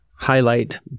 highlight